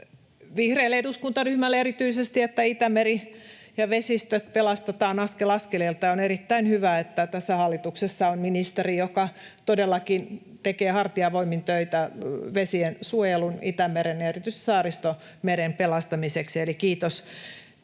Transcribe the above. vihreälle eduskuntaryhmälle erityisesti, että Itämeri ja vesistöt pelastetaan askel askeleelta, ja on erittäin hyvä, että tässä hallituksessa on ministeri, joka todellakin tekee hartiavoimin töitä vesiensuojelun, Itämeren ja erityisesti Saaristomeren pelastamiseksi, eli